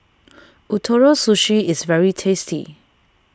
Ootoro Sushi is very tasty